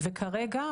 כרגע,